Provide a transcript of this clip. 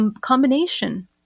combination